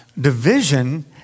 division